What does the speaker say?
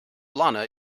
lana